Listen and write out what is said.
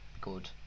good